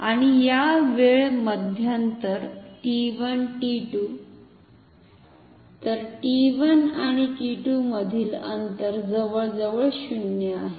आणि या वेळ मध्यांतर t1 t 2 तर टी 1 आणि टी 2 मधील अंतर जवळजवळ 0 आहे